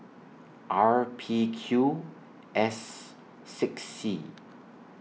R P Q S six C